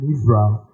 Israel